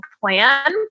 plan